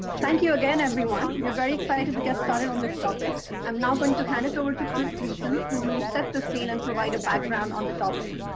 thank you again, everyone. we are very excited to get started on this topic. i'm now going to hand it over to chris greacen, who will set the scene and provide a background on the topic.